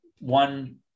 one